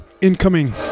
incoming